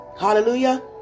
Hallelujah